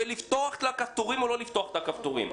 לפתוח לה כפתורים או לא לפתוח לה כפתורים?